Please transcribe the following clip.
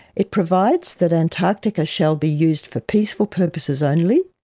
it provides that antarctica shall be used for peaceful purposes only,